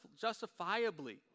justifiably